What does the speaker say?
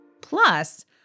Plus